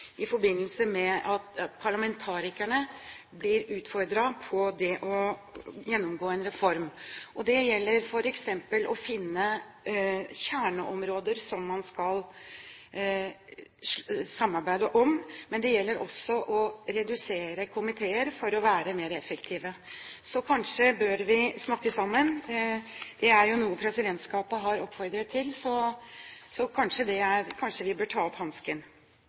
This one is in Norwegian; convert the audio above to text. parlamentarikerne blir utfordret på det å gjennomgå en reform. Det gjelder f.eks. å finne kjerneområder som man skal samarbeide om, men det gjelder også å redusere komiteer for å være mer effektive. Så kanskje bør vi snakke sammen. Det er noe presidentskapet har oppfordret til, og kanskje vi bør ta opp hansken.